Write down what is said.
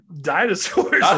Dinosaurs